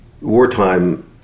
wartime